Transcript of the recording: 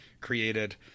created